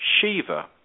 Shiva